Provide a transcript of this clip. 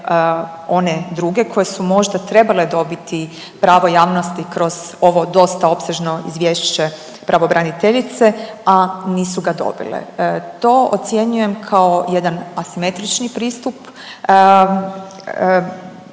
one druge koje su možda trebale dobiti pravo javnosti kroz ovo dosta opsežno izvješće pravobraniteljice, a nisu ga dobile. To ocjenjujem kao jedan asimetrični pristup